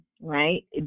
right